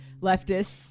leftists